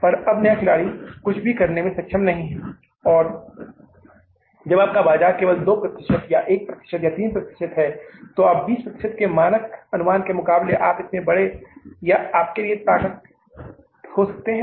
पर अब नया खिलाड़ी कुछ भी करने में सक्षम नहीं है और जब आपका बाजार केवल 2 प्रतिशत 1 प्रतिशत या 3 प्रतिशत है तो आपके 20 प्रतिशत के मानक अनुमान के मुकाबले आप कितने बड़े या आपके लिए ताकत हो सकते हैं